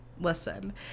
listen